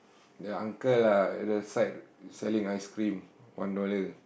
the uncle lah at the side selling ice-cream one dollar